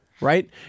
right